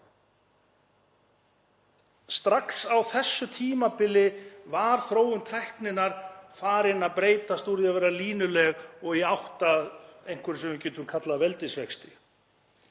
Strax á þessu tímabili var þróun tækninnar farin að breytast úr því að vera línuleg og í átt að einhverju sem við getum kallað veldisvöxt.